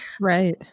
Right